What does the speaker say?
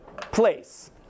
place